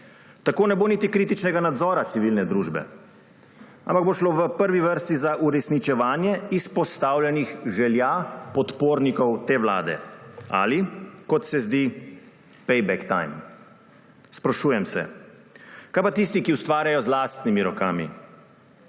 Tako ne bo niti kritičnega nadzora civilne družbe, ampak bo šlo v prvi vrsti za uresničevanje izpostavljenih želja podpornikov te vlade ali, kot se zdi, payback time. Sprašujem se, kaj pa tisti, ki ustvarjajo z lastnimi rokami,